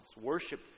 Worship